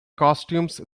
costumes